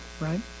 Right